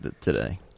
today